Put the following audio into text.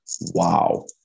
wow